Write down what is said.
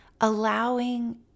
allowing